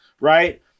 right